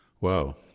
Wow